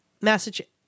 Massachusetts